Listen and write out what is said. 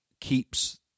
keeps